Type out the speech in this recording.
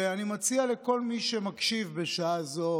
ואני מציע לכל מי שמקשיב בשעה זו,